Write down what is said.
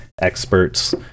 experts